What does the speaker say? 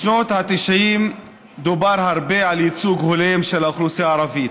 בשנות ה-90 דובר הרבה על ייצוג הולם של האוכלוסייה הערבית,